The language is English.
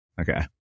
Okay